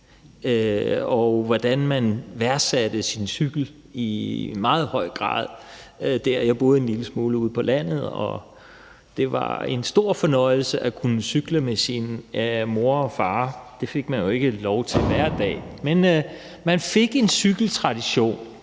og hvordan man værdsætte sin cykel i meget høj grad. Jeg boede en lille smule ude på landet, og det var en stor fornøjelse at kunne cykle med sin mor og far. Det fik man jo ikke lov til hver dag, men man fik en cykeltradition.